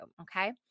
okay